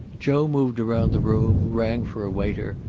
joe moved around the room, rang for a waiter,